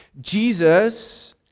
Jesus